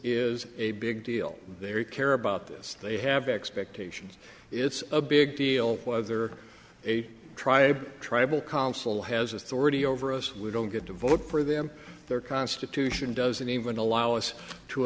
is a big deal they're care about this they have expectations it's a big deal whether a tribe tribal council has authority over us we don't get to vote for them their constitution doesn't even allow us to